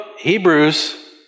Hebrews